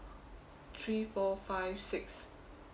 three four five six